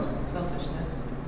Selfishness